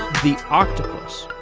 the octopus,